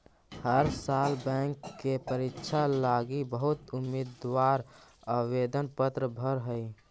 हर साल बैंक के परीक्षा लागी बहुत उम्मीदवार आवेदन पत्र भर हई